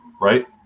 right